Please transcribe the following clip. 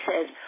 says